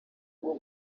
bwo